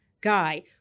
guy